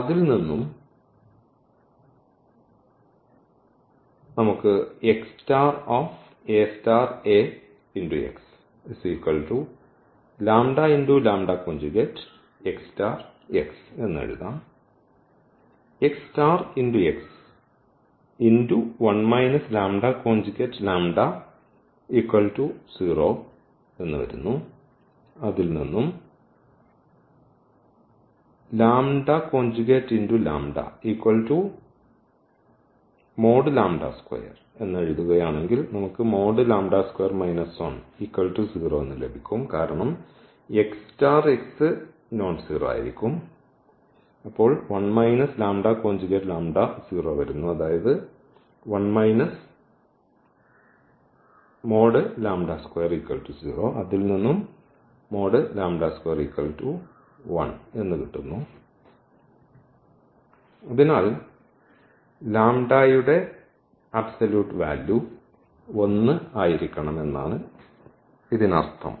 അതിനാൽ as അതിനാൽ ഈ യുടെ അബ്സോല്യൂട്ട് വാല്യൂ 1 ആയിരിക്കണം എന്നാണ് ഇതിനർത്ഥം